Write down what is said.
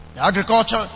Agriculture